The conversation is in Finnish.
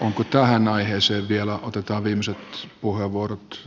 onko tähän aiheeseen vielä otetaan isot puheenvuorot